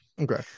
Okay